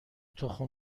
تخم